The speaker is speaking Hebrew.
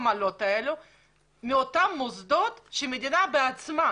העמלות האלה מאותם מוסדות שהמדינה בעצמה,